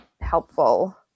helpful